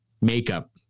makeup